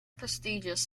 prestigious